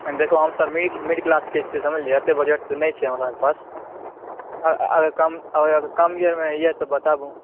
देखियौ हम सब मिडिल क्लास के छियै समझलियै एते बजट नहि छै हमरा आर के पास अगर कम दर मे यऽ बताबू